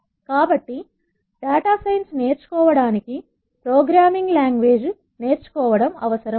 కాబట్టి data science నేర్చుకోవడానికి programming language నేర్చుకోవడం అవసరం